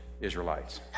Israelites